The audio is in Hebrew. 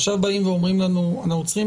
עכשיו באים ואומרים לנו: אנחנו צריכים